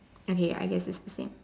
okay I can just tick